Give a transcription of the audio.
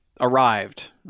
arrived